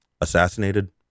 assassinated